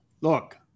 Look